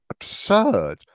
absurd